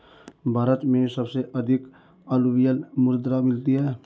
भारत में सबसे अधिक अलूवियल मृदा मिलती है